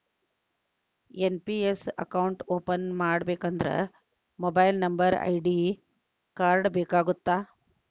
NPS account open ಮಾಡಬೇಕಂದ್ರ mobile number ID card ಬೇಕಾಗತ್ತಾ?